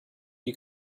you